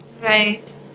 right